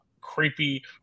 creepy